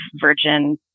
virgin